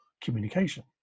communication